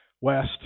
west